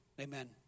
Amen